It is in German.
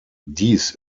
dies